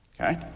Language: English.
Okay